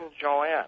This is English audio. Joanne